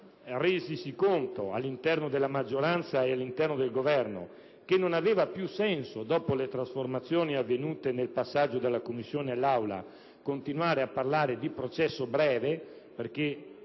Ora che il Governo e la maggioranza si sono resi conto che non aveva più senso, dopo le trasformazioni avvenute nel passaggio dalla Commissione all'Aula, continuare a parlare di processo breve, perché